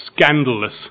scandalous